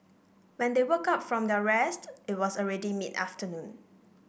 when they woke up from their rest it was already mid afternoon